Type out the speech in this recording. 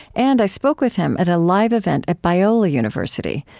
and i spoke with him at a live event at biola university,